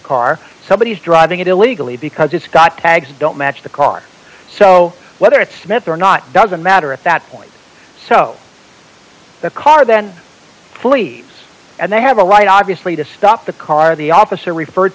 car somebody is driving it illegally because it's got tags don't match the car so whether it's myth or not doesn't matter at that point so the car then police and they have a right obviously to stop the car the officer referred